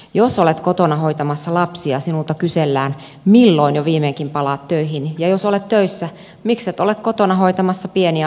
jos olet kotona hoitamassa lapsia sinulta kysellään milloin jo viimeinkin palaat töihin ja jos olet töissä mikset ole kotona hoitamassa pieniä lapsiasi